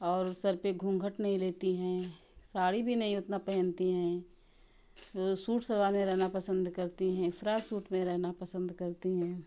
और सर पर घूंघट नहीं लेती हैं साड़ी भी नहीं उतना पहनती हैं सूट सलवार में रहना पसंद करती हैं फ्रॉक सूट में रहना पसंद करती हैं